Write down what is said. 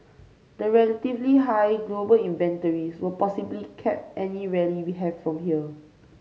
the relatively high global inventories will possibly cap any rally we have from here